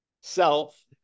Self